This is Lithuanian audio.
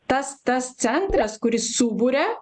tas tas centras kuris suburia